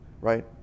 right